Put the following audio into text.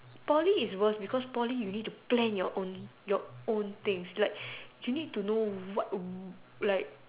Poly is worse because Poly you need to plan your own your own things like you need to know what like